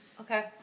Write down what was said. Okay